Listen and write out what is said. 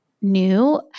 new